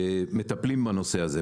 מטפלים בנושא הזה,